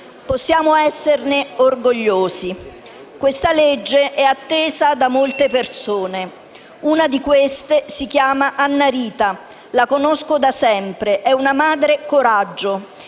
Possiamo esserne orgogliosi. Questo provvedimento è atteso da molte persone e una di queste si chiama Annarita, che conosco da sempre. È una madre coraggio